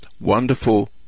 wonderful